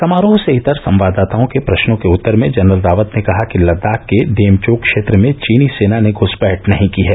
समारोह से इतर संवाददाताओं के प्रश्नों के उत्तर में जनरल रावत ने कहा कि लद्दाख के डेमचोक क्षेत्र में चीनी सेना ने घूसपैठ नहीं की है